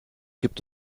gibt